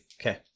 Okay